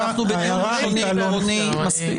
אנחנו בדיון ראשוני עקרוני.